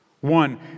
One